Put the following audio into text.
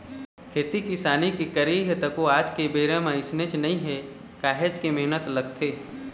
खेती किसानी के करई ह तको आज के बेरा म अइसने नइ हे काहेच के मेहनत लगथे